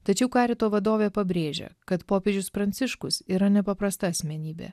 tačiau karito vadovė pabrėžia kad popiežius pranciškus yra nepaprasta asmenybė